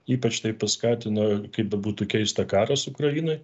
ypač tai paskatino kaip bebūtų keista karas ukrainoj